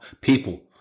people